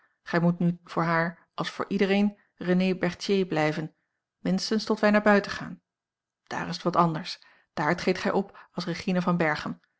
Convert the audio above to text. gij moet nu voor haar als voor iedereen renée berthier blijven minstens tot wij naar buiten a l g bosboom-toussaint langs een omweg gaan daar is het wat anders daar treedt gij op als regina van berchem